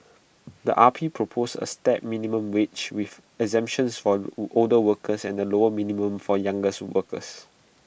the R P proposed A stepped minimum wage with exemptions for older workers and A lower minimum for workers